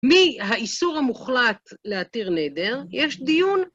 מהאיסור המוחלט להתיר נדר, יש דיון.